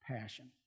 passion